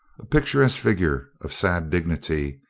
a picturesque figure of sad dig nity,